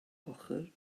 ochr